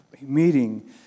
meeting